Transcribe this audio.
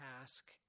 task